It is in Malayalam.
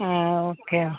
ആ ഓക്കെ